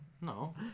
No